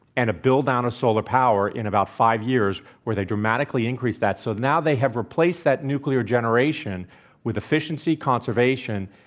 and a build-out of solar power in about five years, where they dramatically increase that. so, now they have replaced that nuclear generation with efficiency, conservation,